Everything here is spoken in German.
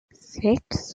sechs